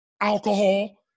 alcohol